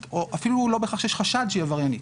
ואפילו לא בהכרח שיש חשד שהיא עבריינית.